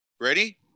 Ready